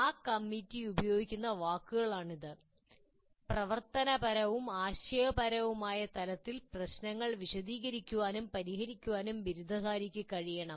ആ കമ്മിറ്റി ഉപയോഗിക്കുന്ന വാക്കുകളാണിത് "പ്രവർത്തനപരവും ആശയപരവുമായ തലത്തിൽ പ്രശ്നങ്ങൾ വിശദീകരിക്കാനും പരിഹരിക്കാനും ബിരുദധാരിയ്ക്ക് കഴിയണം